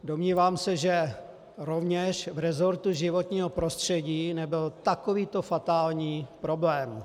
Domnívám se, že rovněž v resortu životního prostředí nebyl takovýto fatální problém.